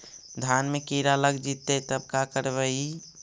धान मे किड़ा लग जितै तब का करबइ?